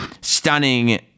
stunning